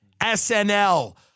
SNL